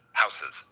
houses